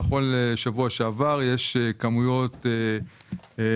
נכון לשבוע שעבר יש במחסנים כמויות מאוד